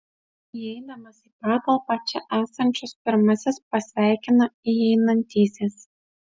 įeidamas į patalpą čia esančius pirmasis pasveikina įeinantysis